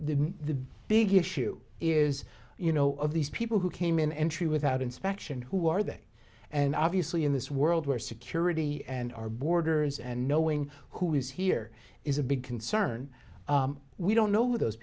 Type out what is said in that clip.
the big issue is you know of these people who came in entry without inspection who are they and obviously in this world where security and our borders and knowing who is here is a big concern we don't know those